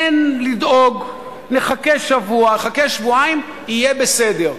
אין לדאוג, נחכה שבוע, נחכה שבועיים, יהיה בסדר.